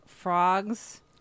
frogs